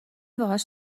باهاش